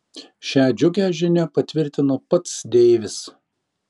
šią džiugią žinią patvirtino pats deivis